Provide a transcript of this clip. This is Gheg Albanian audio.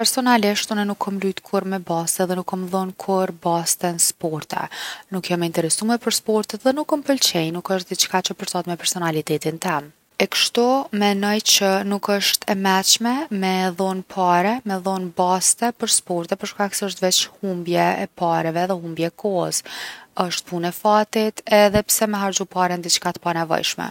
Personalisht, une nuk kom lujt kurr’ me baste edhe nuk kom dhon kurr’ baste n’sporte. Nuk jom e interesume për sportet dhe nuk um pëlejn’. Nuk osht diçka që përshtatet me personalitetin tem. E kshtu, menoj që nuk osht e meçme me dhon pare, me dhon baste për sporte për shkak që osht veq humbje e pareve edhe humbje e kohës. Osht punë e fatit edhe pse me harxhu pare n’diçka t’panevojshme.